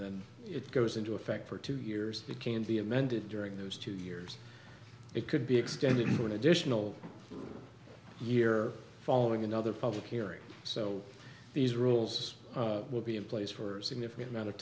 then it goes into effect for two years that can be amended during those two years it could be extended into an additional year following another public hearing so these rules will be in place for a significant amount of